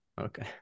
Okay